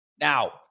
Now